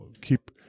keep